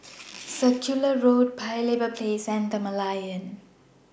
Circular Road Paya Lebar Place and The Merlion